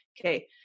Okay